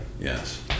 Yes